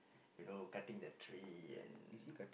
you know cutting the tree and